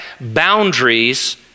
boundaries